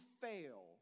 fail